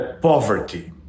poverty